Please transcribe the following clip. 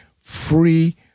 free